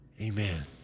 Amen